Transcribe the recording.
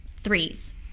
threes